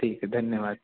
ठीक है धन्यवाद